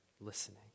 listening